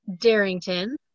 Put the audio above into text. Darrington